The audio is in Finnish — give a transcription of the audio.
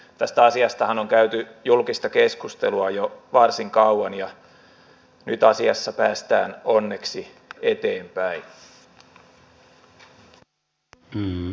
tästä asiastahan on käyty julkista keskustelua jo varsin kauan ja nyt asiassa päästään onneksi eteenpäin